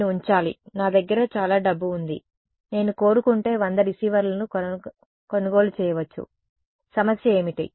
నేను ఉంచాలి నా దగ్గర చాలా డబ్బు ఉంది నేను కోరుకుంటే 100 రిసీవర్లను కొనుగోలు చేయవచ్చు సమస్య ఏమిటి